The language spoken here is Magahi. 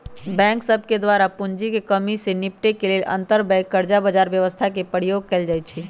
बैंक सभके द्वारा पूंजी में कम्मि से निपटे लेल अंतरबैंक कर्जा बजार व्यवस्था के प्रयोग कएल जाइ छइ